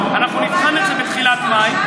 אנחנו נבחן את זה בתחילת מאי,